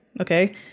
Okay